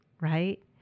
right